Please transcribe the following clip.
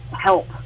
help